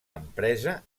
empresa